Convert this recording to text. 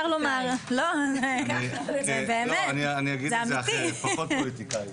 אגיד את זה אחרת, פחות פוליטיקאי.